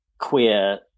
queer